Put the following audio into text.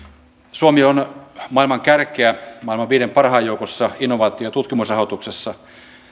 suomi on maailman kärkeä maailman viiden parhaan joukossa innovaatiotutkimusrahoituksessa